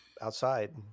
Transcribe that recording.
outside